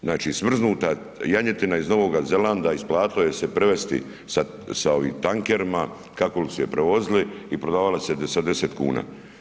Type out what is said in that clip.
Znači smrznuta janjetina iz Novog Zelanda isplatilo je se prevesti sa ovim tankerima, kako li se prevozili i prodavala se za 10 kuna.